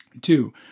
Two